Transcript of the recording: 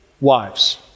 wives